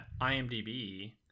imdb